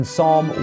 Psalm